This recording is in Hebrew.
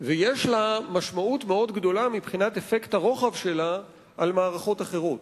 ויש לה משמעות מאוד גדולה מבחינת אפקט הרוחב שלה על מערכות אחרות.